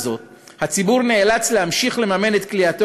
הציבור נאלץ להמשיך לממן את כליאתו